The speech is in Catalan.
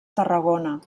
tarragona